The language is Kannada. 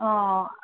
ಹಾಂ